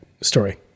story